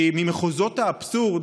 שהיא ממחוזות האבסורד: